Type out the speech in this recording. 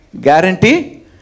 guarantee